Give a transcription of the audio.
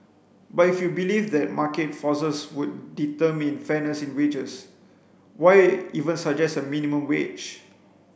but if you believe that market forces would determine fairness in wages why even suggest a minimum wage